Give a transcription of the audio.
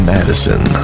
Madison